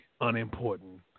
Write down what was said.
unimportant